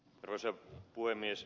arvoisa puhemies